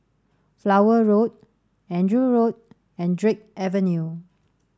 Flower Road Andrew Road and Drake Avenue